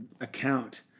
account